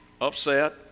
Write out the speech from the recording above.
upset